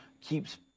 keeps